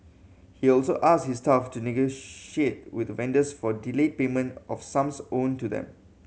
he also asked his staff to negotiate with vendors for delayed payment of sums owed to them